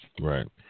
Right